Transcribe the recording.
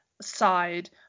side